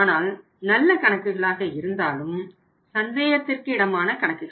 ஆனால் நல்ல கணக்குகளாக இருந்தாலும் சந்தேகத்திற்கு இடமான கணக்குகள்